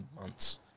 months